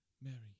Mary